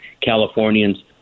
Californians